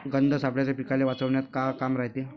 गंध सापळ्याचं पीकाले वाचवन्यात का काम रायते?